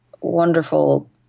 wonderful